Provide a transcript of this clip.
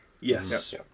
yes